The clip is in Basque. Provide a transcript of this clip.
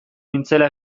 nintzela